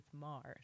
Mars